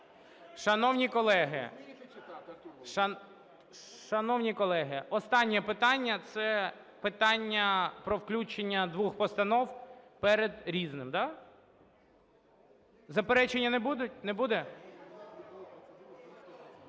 Шановні колеги, останнє питання – це питання про включення двох постанов перед "Різним", да? Заперечень не буде?